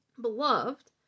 beloved